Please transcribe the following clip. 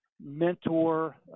mentor